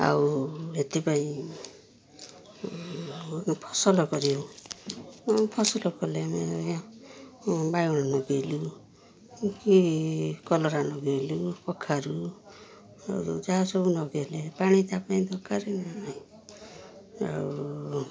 ଆଉ ଏଥିପାଇଁ ଫସଲ କରୁ ଫସଲ କଲେ ଆମେ ବାଇଗଣ ଲଗେଇଲୁ କି କଲରା ଲଗେଇଲୁ କଖାରୁ ଆଉ ଯାହା ସବୁ ଲଗେଇଲେ ପାଣି ତା' ପାଇଁ ଦରକାର ନା ନାହିଁ ଆଉ